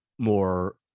more